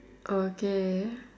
okay